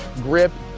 grip,